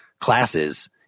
classes